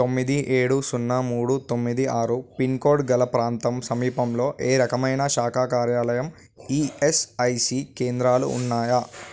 తొమ్మిది ఏడు సున్నా మూడు తొమ్మిది ఆరు పిన్ కోడ్ గల ప్రాంతం సమీపంలో ఏ రకమైన శాఖా కార్యాలయం ఈఎస్ఐసి కేంద్రాలు ఉన్నాయా